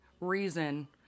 reason